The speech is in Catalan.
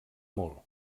molt